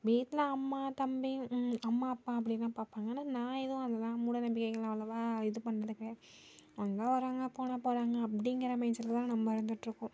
வீட்டில் அம்மா தம்பி அம்மா அப்பா அப்படிலாம் பார்ப்பாங்க ஆனா நான் எதுவும் அதுலாம் மூடநம்பிக்கைகள் அவ்வளோவா இது பண்ணுறது கிடையாது அவங்களா வராங்க போனா போறாங்க அப்படிங்கிற மைண்ட் செட்டில் தான் நம்ம இருந்துட்யிருக்கோம்